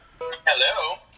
Hello